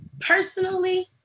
Personally